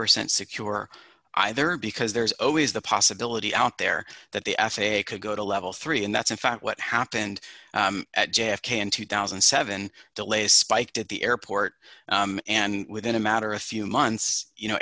percent secure either because there's always the possibility out there that the f a a could go to level three and that's in fact what happened at j f k in two thousand and seven delays spiked at the airport and within a matter of few months you know